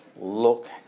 look